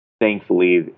thankfully